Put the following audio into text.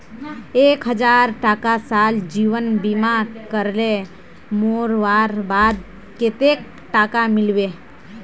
एक हजार टका साल जीवन बीमा करले मोरवार बाद कतेक टका मिलबे?